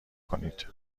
کنید